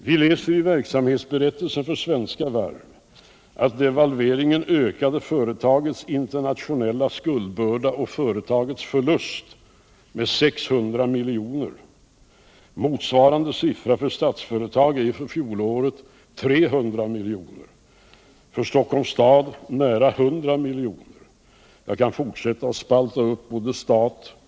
Vi läser i verksamhetsberättelsen för Svenska Varv att devalveringen ökade företagets internationella skuldbörda och företagets förlust med 600 milj.kr. Motsvarande siffra för Statsföretag är för fjolåret 300 miljoner och för Stockholms kommun närmare 100 miljoner. Jag kunde fortsätta att spalta upp redovisningen på stat.